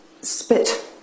spit